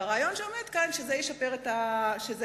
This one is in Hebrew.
הרעיון הוא שזה ישפר את השירות.